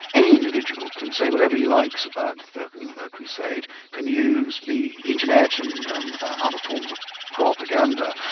any individual can say whatever he likes about the the crusades, can use the internet and other forms of propaganda,